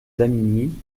damigny